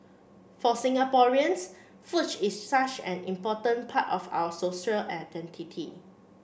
for Singaporeans is such an important part of our social identity